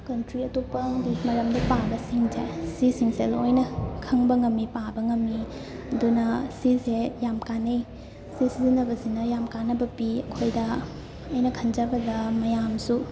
country ꯑꯇꯣꯞꯄ ꯑꯃꯒꯤ ꯃꯔꯝꯗ ꯄꯥꯕꯁꯤꯡꯁꯦ ꯁꯤꯁꯤꯡꯁꯦ ꯂꯣꯏꯅ ꯈꯪꯕ ꯉꯝꯃꯤ ꯄꯥꯕ ꯉꯝꯃꯤ ꯑꯗꯨꯅ ꯁꯤꯁꯦ ꯌꯥꯝ ꯀꯥꯟꯅꯩ ꯁꯤ ꯁꯤꯖꯤꯟꯅꯕꯁꯤꯅ ꯌꯥꯝ ꯀꯥꯅꯕ ꯄꯤ ꯑꯩꯈꯣꯏꯗ ꯑꯩꯅ ꯈꯟꯖꯕꯗ ꯃꯌꯥꯝꯁꯨ